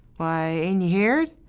why, ain' ye heared?